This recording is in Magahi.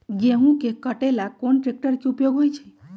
गेंहू के कटे ला कोंन ट्रेक्टर के उपयोग होइ छई?